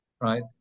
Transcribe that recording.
right